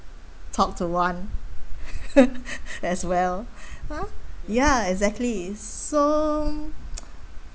talk to one as well !huh! ya exactly so